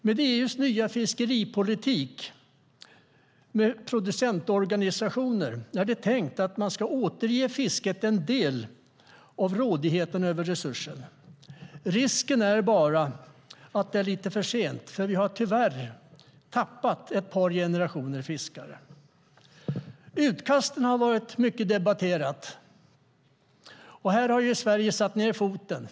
Med EU:s nya fiskeripolitik med producentorganisationer är det tänkt att man ska återge fiskarna en del av rådigheten över resurserna. Problemet är bara att det är lite för sent, för vi har tyvärr tappat ett par generationer fiskare. Utkasten har varit mycket debatterade. Här har Sverige satt ned foten.